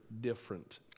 different